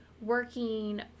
working